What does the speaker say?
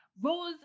rose